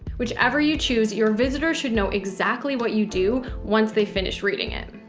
whichever you choose your visitors should know exactly what you do once they finish reading it.